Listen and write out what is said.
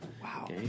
Wow